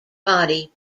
body